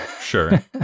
Sure